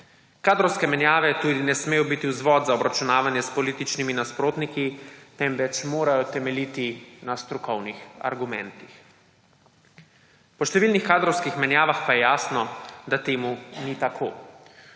Kadrovske menjave tudi ne smejo biti vzvod za obračunavanje s političnimi nasprotniki temveč morajo temeljiti na strokovnih argumentih. Po številnih kadrovskih menjavah pa je jasno, da temu ni tako.